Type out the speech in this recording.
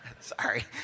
sorry